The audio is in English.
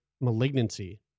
malignancy